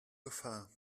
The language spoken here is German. gefahr